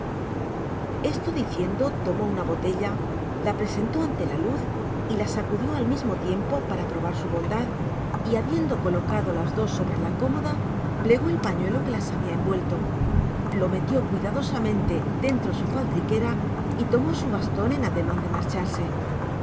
esto diciendo tomó una botella la presentó ante la luz y la sacudió al mismo tiempo para probar su bondad y habiendo co locado las dos sobre la cómoda plegó el pañuelo que las habla envuelto lo metió cuidadosamente dentro su faltriquera y tomó su baston en ademan de marcharse